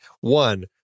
one